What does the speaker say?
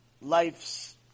Life's